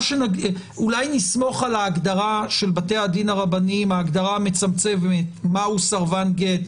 אולי נסמוך על ההגדרה המצמצמת של בתי הדין הרבניים מה הוא סרבן גט,